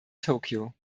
tokyo